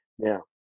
Now